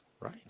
right